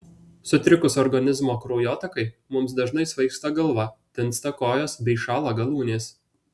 sutrikus organizmo kraujotakai mums dažnai svaigsta galva tinsta kojos bei šąla galūnės